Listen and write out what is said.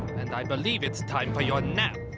and i believe it's time for your nap.